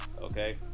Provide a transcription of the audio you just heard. Okay